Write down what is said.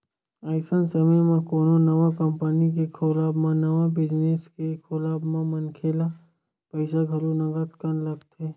अइसन समे म कोनो नवा कंपनी के खोलब म नवा बिजनेस के खोलब म मनखे ल पइसा घलो नंगत कन लगथे